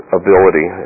ability